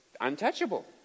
untouchable